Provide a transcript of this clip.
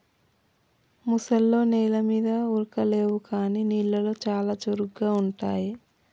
ముసల్లో నెల మీద ఉరకలేవు కానీ నీళ్లలో చాలా చురుగ్గా ఉంటాయి